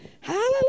Hallelujah